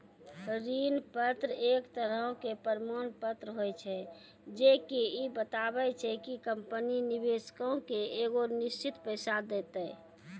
ऋण पत्र एक तरहो के प्रमाण पत्र होय छै जे की इ बताबै छै कि कंपनी निवेशको के एगो निश्चित पैसा देतै